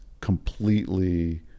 completely